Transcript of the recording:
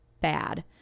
bad